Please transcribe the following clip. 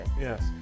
Yes